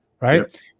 right